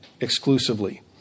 exclusively